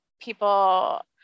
people